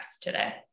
today